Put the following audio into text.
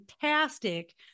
fantastic